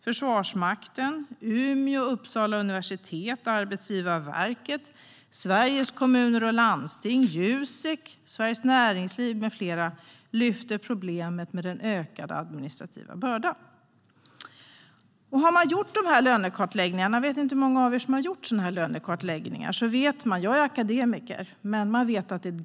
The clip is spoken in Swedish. Försvarsmakten, Umeå universitet, Uppsala universitet, Arbetsgivarverket, Sveriges Kommuner och Landsting, Jusek och Svenskt Näringsliv med flera lyfter fram problemet med den ökade administrativa bördan. Har man gjort dessa lönekartläggningar vet man att det är ett ganska omfattande och krävande arbete - jag är akademiker, så jag vet det.